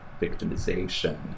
victimization